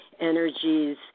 energies